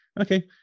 Okay